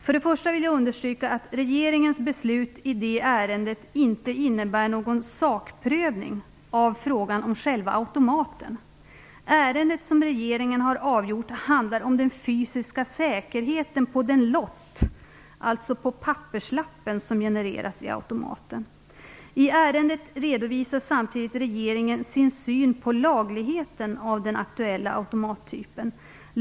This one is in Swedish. För det första vill jag understryka att regeringens beslut i det ärendet inte innebär någon sakprövning av frågan om själva automaten. Ärendet som regeringen har avgjort handlar om den fysiska säkerheten på den lott, alltså på papperslappen, som genereras i automaten. I ärendet redovisar samtidigt regeringen sin syn på lagligheten av den aktuella automattypen.